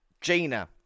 Gina